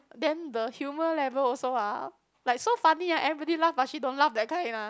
then the humour level also ah like so funny ah everybody laugh but she don't laugh that kind ah